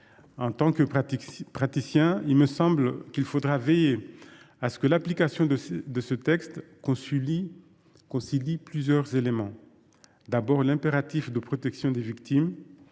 en tant que praticien, il me semble qu’il faudra veiller à ce que l’application de ce texte concilie plusieurs éléments : l’impératif de protection des victimes